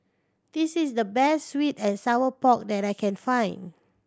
this is the best sweet and sour pork that I can find